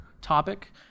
topic